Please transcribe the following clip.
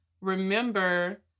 remember